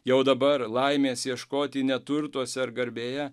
jau dabar laimės ieškoti ne turtuose ar garbėje